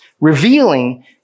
revealing